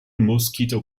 mosquito